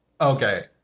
Okay